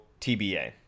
TBA